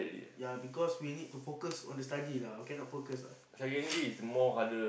ya because we need to focus on the study lah cannot focus on